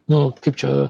nu kaip čia